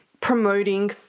promoting